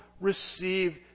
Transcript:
receive